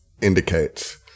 indicates